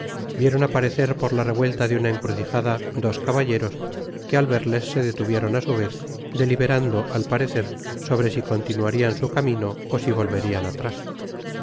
vieron aparecer por la revuelta de una encrucijada dos caballeros que al verles se detuvieron á su vez deliberando al parecer sobre si continuarían su camino ó si volverían atrás